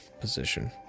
position